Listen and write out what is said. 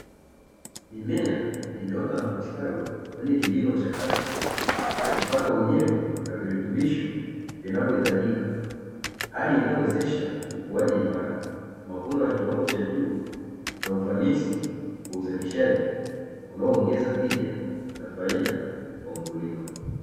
Mimea imeota na kustawi kwenye kilimo cha ndani, ikipata unyevu na virutubisho vinavyohitajika, hali inayowezesha ukuaji imara, mavuno ya kiwango cha juu na ufanisi wa uzalishaji unaoongeza tija na faida kwa mkulima.